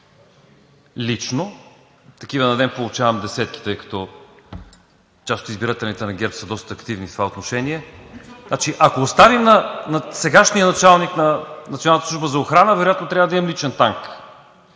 лично – такива на ден получавам десетки, тъй като част от избирателите на ГЕРБ са доста активни в това отношение. Значи, ако оставим на сегашния началник на Националната служба за охрана, вероятно трябва да имам личен танк.